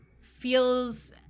feels